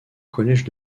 collèges